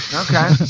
Okay